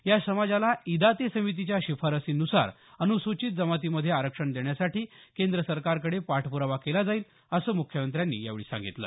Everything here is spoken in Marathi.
या समाजाला इदाते समितीच्या शिफारशीन्सार अनुसूचित जमातीमध्ये आरक्षण देण्यासाठी केंद्र सरकारकडे पाठपुरावा केला जाईल असं मुख्यमंत्र्यांनी यावेळी सांगितलं